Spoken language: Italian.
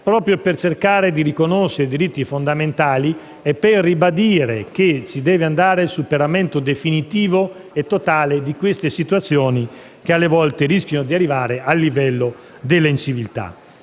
proprio per cercare di riconoscere dei diritti fondamentali e per ribadire che si deve arrivare al superamento definitivo e totale di queste situazioni, che alle volte rischiano di giungere a livelli di inciviltà.